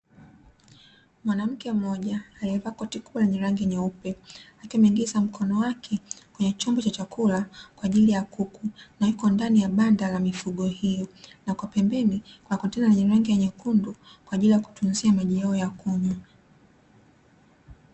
Mwanamke mmoja aliyevaa koti kubwa lenye rangi nyeupe, akiwa ameingiza mkono wake kwenye chombo cha chakula kwa ajili ya kuku, na yuko ndani ya banda la mifugo hiyo na kwa pembeni kuna kontena lenye rangi nyekundu, kwa ajili ya kutunzia maji yao ya kunywa.